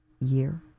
year